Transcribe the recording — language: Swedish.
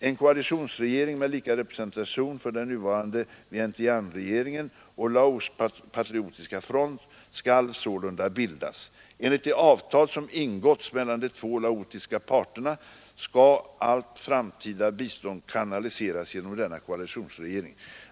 En koalitionsregering, med lika representation för den nuvarande Vientianeregeringen och Laos patriotiska front, skall sålunda bildas. Enligt det avtal som ingåtts mellan de två laotiska parterna skall allt framtida bistånd kanaliseras genom denna koalitionsregering.